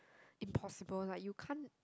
impossible lah you can't